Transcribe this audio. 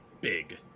big